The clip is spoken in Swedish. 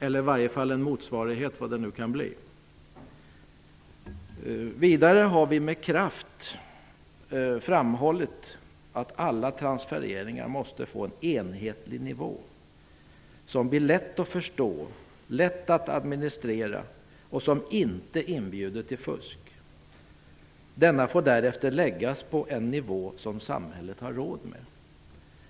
eller i varje fall en motsvarighet, vad det nu kan bli. Vidare har vi med kraft framhållit att alla transfereringar måste få en enhetlig nivå, som blir lätt att förstå och lätt att administrera och som inte inbjuder till fusk. Den måste också läggas på en nivå som samhället har råd med.